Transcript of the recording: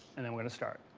and i'm gonna start.